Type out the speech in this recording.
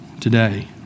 today